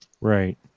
Right